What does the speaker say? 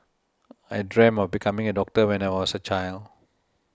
I dream of becoming a doctor when I was a child